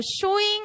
showing